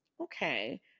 okay